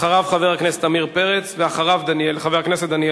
אחריו, חבר הכנסת עמיר